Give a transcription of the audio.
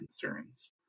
concerns